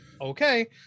okay